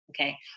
Okay